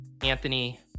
Anthony